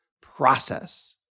process